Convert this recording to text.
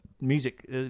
music